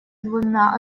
двумя